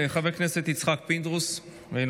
חבר הכנסת יצחק פינדרוס, אינו